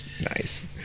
Nice